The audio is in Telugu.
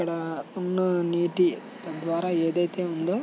అక్కడ ఉన్న నీటి తద్వారా ఏదైతే ఉందో